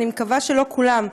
אני מקווה שלא כולן.